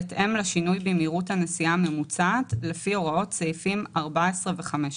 בהתאם לשינוי במהירות הנסיעה הממוצעת לפי הוראות סעיפים 14 ו־15."